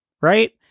right